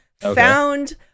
found